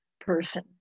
person